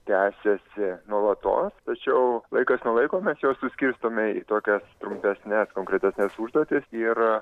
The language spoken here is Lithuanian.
tęsiasi nuolatos tačiau laikas nuo laiko mes juos suskirstome į tokias trumpesnes konkretesnes užduotis ir